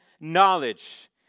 Knowledge